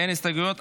אין הסתייגויות.